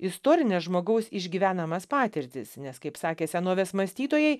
istorines žmogaus išgyvenamas patirtis nes kaip sakė senovės mąstytojai